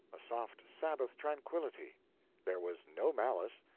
a soft sabbath tranquillity there was no malice,